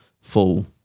full